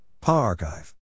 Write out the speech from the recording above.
Pa-Archive